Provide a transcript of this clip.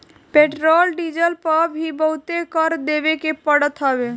petrol diesel पअ भी बहुते कर देवे के पड़त हवे